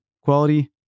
quality